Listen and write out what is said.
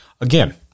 again